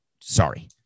sorry